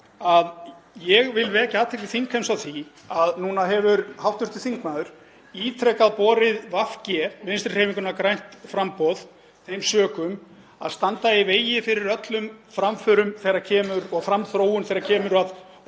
ég vil vekja athygli þingheims á því að nú hefur hv. þingmaður ítrekað borið VG, Vinstrihreyfinguna – grænt framboð, þeim sökum að standa í vegi fyrir öllum framförum og framþróun þegar kemur að